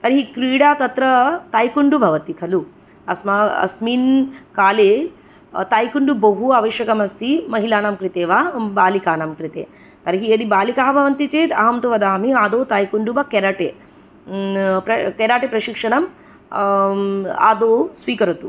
तर्हि क्रीडा तत्र तैकण्डु भवति खलु अस्मा अस्मिन् काले तैकण्डु बहु आवश्यकम् अस्ति महिलानां कृते वा बालिकानां कृते तर्हि यदि बालिकाः भवन्ति चेत् अहं तु वदामि आदौ तैकण्डु वा कराटे केराटेप्रशिक्षणम् आदौ स्वीकरोतु